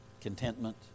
contentment